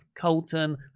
Colton